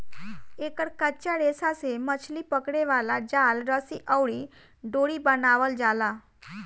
एकर कच्चा रेशा से मछली पकड़े वाला जाल, रस्सी अउरी डोरी बनावल जाला